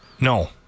no